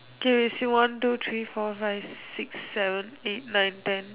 okay still one two three four five six seven eight nine ten